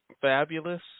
fabulous